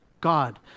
God